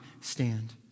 stand